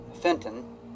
Fenton